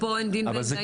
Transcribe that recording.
פה אין דין ואין דיין?